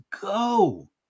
go